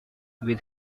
with